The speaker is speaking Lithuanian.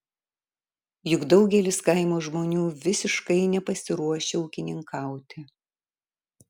juk daugelis kaimo žmonių visiškai nepasiruošę ūkininkauti